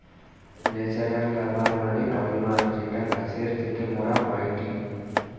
natural rubber মানে polymer যেটা গাছের থেকে মোরা পাইটি